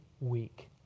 week